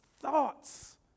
thoughts